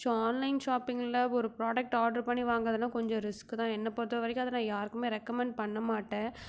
so online ஷாப்பிங்கில் ஒரு product order பண்ணி வாங்குகிறதுனா கொஞ்சம் ரிஸ்க்கு தான் என்னை பொறுத்தவரைக்கும் அதை நான் யாருக்குமே ரெக்கமண்ட் பண்ண மாட்டேன்